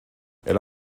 elle